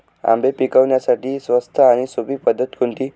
आंबे पिकवण्यासाठी स्वस्त आणि सोपी पद्धत कोणती?